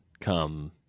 come